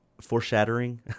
Foreshadowing